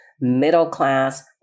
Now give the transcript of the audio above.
middle-class